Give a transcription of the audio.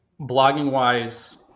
blogging-wise